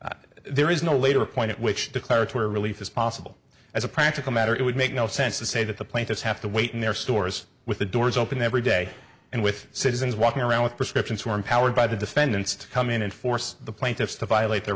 rule there is no later point at which declaratory relief is possible as a practical matter it would make no sense to say that the plaintiffs have to wait in their stores with the doors open every day and with citizens walking around with prescriptions who are empowered by the defendants to come in and force the plaintiffs to violate their